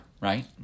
right